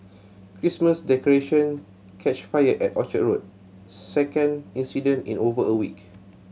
Christmas decoration catch fire at Orchard Road second incident in over a week